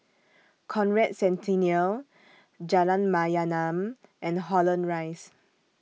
Conrad Centennial Jalan Mayaanam and Holland Rise